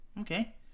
Okay